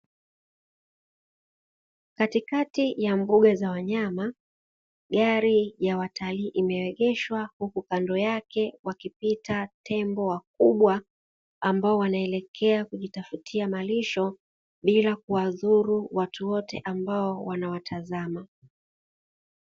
Katikati ya mbuga za wanyama gari ya watalii imeegeshwa huku kando yake wakipita tembo wakubwa ambao wanaelekea kujitafutia malisho bila kuwadhuru watu wote ambao wanawatazama.